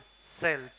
self